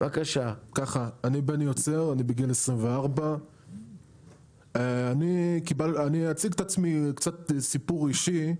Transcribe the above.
אני בגיל 24. אני אציג את הסיפור האישי שלי,